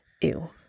Ew